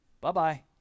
Bye-bye